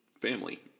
family